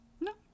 No